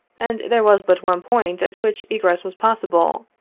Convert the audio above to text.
and there was but one point at which egress was possible,